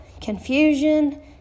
confusion